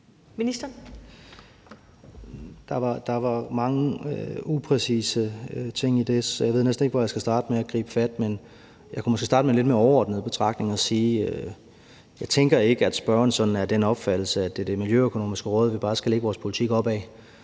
Der var mange upræcise ting i det, så jeg ved næsten ikke, hvor jeg skal starte med at gribe fat, men jeg kunne måske starte med en lidt overordnet betragtning og sige, at jeg ikke tænker, at spørgeren er af den opfattelse, at det er Det Miljøøkonomiske Råd, vi bare skal lægge vores politik op ad.